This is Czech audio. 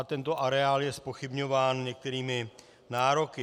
Tento areál je zpochybňován některými nároky.